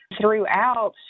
throughout